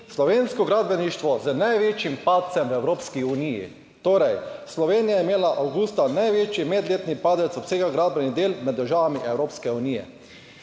Slovensko gradbeništvo z največjim padcem v Evropski uniji. Torej, Slovenija je imela avgusta največji medletni padec obsega gradbenih del med državami Evropske unije.